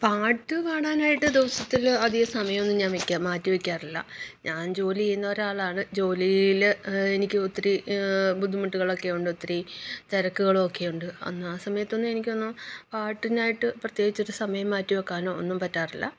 പാട്ടു പാടാനായിട്ട് ദിവസത്തിൽ അധികസമയമൊന്നും ഞാൻ വെയ്ക്കാൻ മാറ്റി വെയ്ക്കാറില്ല ഞാൻ ജോലി ചെയ്യുന്നൊരാളാണ് ജോലിയിൽ എനിക്കൊത്തിരി ബുദ്ധിമുട്ടുകളൊക്കെയുണ്ട് ഒത്തിരി തിരക്കുകളൊക്കെയുണ്ട് അന്നാ ആ സമയത്തൊന്നും എനിക്കൊന്നും പാട്ടിനായിട്ട് പ്രത്യേകിച്ചൊരു സമയം മാറ്റി വെയ്ക്കാനൊ ഒന്നും പറ്റാറില്ല